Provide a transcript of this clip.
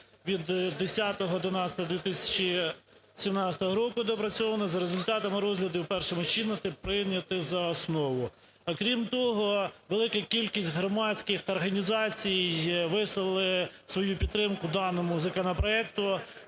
(від 10.11.2017 року) доопрацьований за результатами розгляду в першому читанні прийняти за основу. Окрім того, велика кількість громадських організацій висловили свою підтримку даному законопроекту.